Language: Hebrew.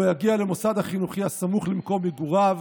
הוא יגיע למוסד החינוכי הסמוך למקום מגוריו.